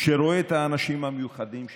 שרואה את האנשים המיוחדים שבינינו.